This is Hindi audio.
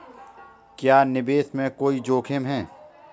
क्या निवेश में कोई जोखिम है?